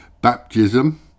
Baptism